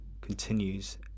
continues